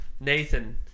Nathan